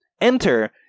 Enter